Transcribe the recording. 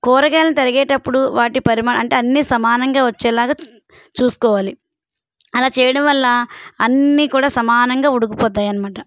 కూరగాయలను తరిగేటప్పుడు వాటి పరిమాణ అంటే అన్ని సమానంగా వచ్చేలాగా చూసుకోవాలి అలా చేయడం వల్ల అన్నీ కూడా సమానంగా ఉడుకుపోతాయి అన్నమాట